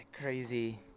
crazy